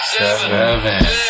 seven